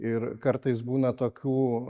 ir kartais būna tokių